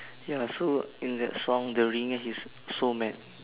ya so in that song during his so mad